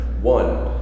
one